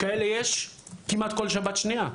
כאלה יש כמעט כל שבת שנייה.